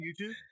YouTube